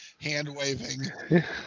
hand-waving